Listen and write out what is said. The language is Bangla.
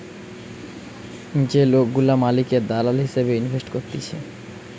যে লোকগুলা মালিকের দালাল হিসেবে ইনভেস্ট করতিছে